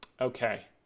Okay